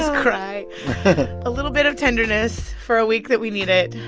cry a little bit of tenderness for a week that we need it.